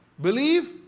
believe